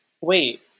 wait